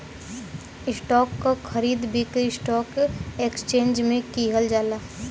stock क खरीद बिक्री स्टॉक एक्सचेंज में किहल जाला